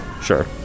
Sure